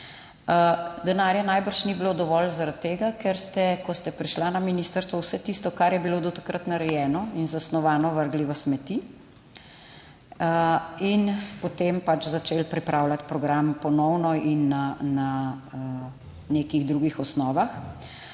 Denarja najbrž ni bilo dovolj, zaradi tega, ker ste, ko ste prišla na ministrstvo, vse tisto, kar je bilo do takrat narejeno in zasnovano, vrgli v smeti. In potem pač začeli pripravljati program ponovno in na nekih drugih osnovah.